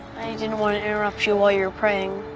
didn't want to interrupt you while you were praying.